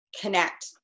connect